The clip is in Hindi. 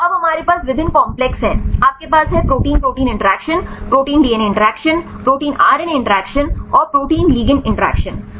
तो अब हमारे पास विभिन्न कॉम्प्लेक्स हैं आपके पास हैं protein protein interaction protein DNA interaction protein RNA interaction और प्रोटीन लिगेंड इंटरैक्शन